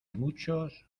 muchos